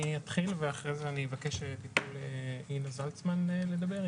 אני אתחיל ואחרי זה אני אבקש שתיתנו לאינה זלצמן לדבר,